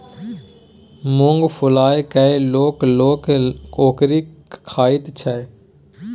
मुँग फुलाए कय लोक लोक ओकरी खाइत छै